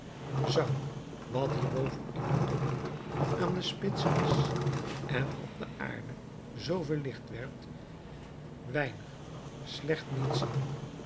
zou wat hierboven in het toppunt aan de spits is en op de aarde zoo veel licht werpt weinig slecht niet zien